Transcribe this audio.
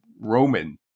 roman